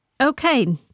Okay